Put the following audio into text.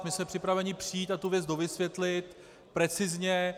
My jsme připraveni přijít a tu věc dovysvětlit precizně.